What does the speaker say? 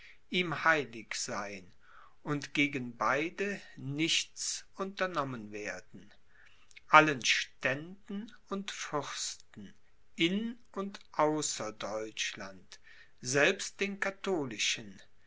ihm heilig sein und gegen beide nichts unternommen werden allen ständen und fürsten in und außer deutschland selbst den katholischen